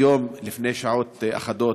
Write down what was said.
היום, לפני שעות אחדות,